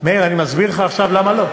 אני מסביר, לא למה לא.